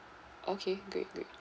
okay good good